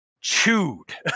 chewed